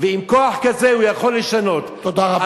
ועם כוח כזה הוא יכול לשנות, תודה רבה.